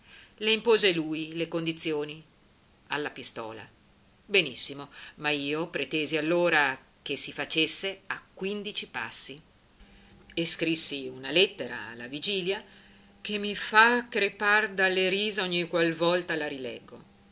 le impose lui le condizioni alla pistola benissimo ma io pretesi allora che si facesse a quindici passi e scrissi una lettera alla vigilia che mi fa crepar dalle risa ogni qual volta la rileggo